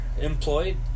employed